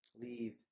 Leave